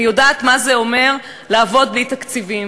אני יודעת מה זה אומר לעבוד בלי תקציבים.